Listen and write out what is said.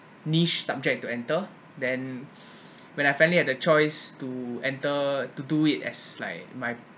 niche subject to enter then when I finally had the choice to enter to do it as like my